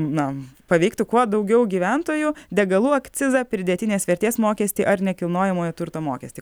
na paveiktų kuo daugiau gyventojų degalų akcizą pridėtinės vertės mokestį ar nekilnojamojo turto mokestį